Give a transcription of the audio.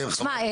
שמע,